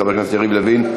חבר הכנסת יריב לוין,